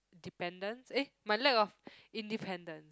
dependence eh my lack of independent